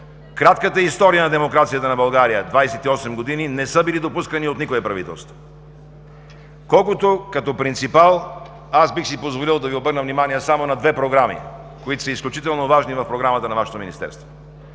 кратката история на демокрацията на България – 28 години, не са били допускани от никое правителство. Колкото като принципал, аз бих си позволил да Ви обърна внимание само на две програми, които са изключително важни в Програмата на Вашето министерство.